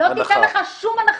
לא ניתן שום הנחה.